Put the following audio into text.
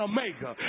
Omega